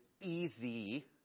easy